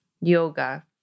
Yoga